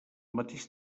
mateix